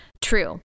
true